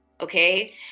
okay